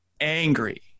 angry